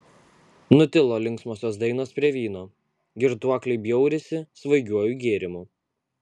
nutilo linksmosios dainos prie vyno girtuokliai bjaurisi svaigiuoju gėrimu